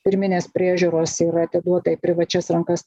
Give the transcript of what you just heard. pirminės priežiūros yra atiduota į privačias rankas